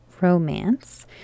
romance